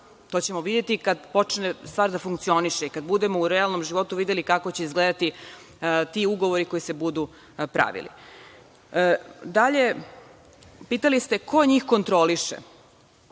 To ćemo videti kad počne stvar da funkcioniše i kada budemo u realnom životu videli kako će izgledati ti ugovori koji se budu pravili. Dalje, pitali ste ko njih kontroliše?